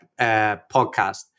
podcast